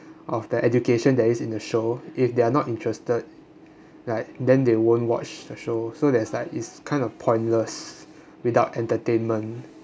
of the education that is in the show if they are not interested like then they won't watch the show so that's like is kind of pointless without entertainment